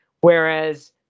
Whereas